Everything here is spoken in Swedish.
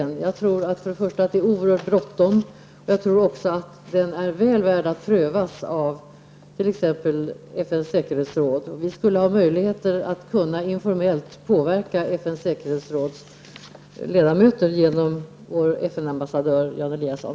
Jag tror att det är oerhört bråttom och att idén är väl värd att prövas av t.ex. FNs säkerhetsråd. Vi skulle ha möjlighet att informellt kunna påverka FNs säkerhetsråds ledamöter genom vår FN-ambassadör Jan Eliasson.